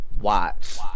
Watch